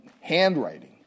handwriting